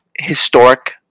Historic